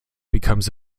becomes